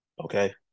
okay